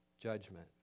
judgment